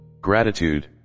Gratitude